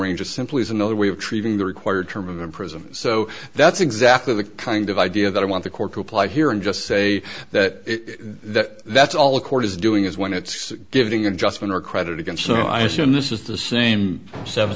range it simply is another way of treating the required term in prison so that's exactly the kind of idea that i want the court to apply here and just say that that's all a court is doing is when it's giving an adjustment or credit again so i assume this is the same seven